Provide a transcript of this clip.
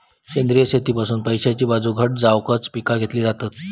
सेंद्रिय शेतीतसुन पैशाची बाजू घट जावकच पिका घेतली जातत